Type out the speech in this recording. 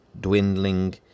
dwindling